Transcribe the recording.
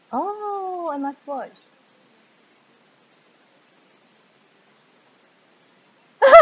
oh I must watch